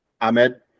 Ahmed